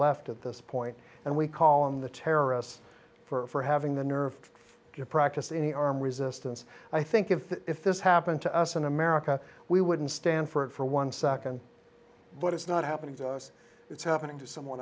left at this point and we call on the terrorists for having the nerve to practice any armed resistance i think if if this happened to us in america we wouldn't stand for it for one second but it's not happening to us it's happening to someone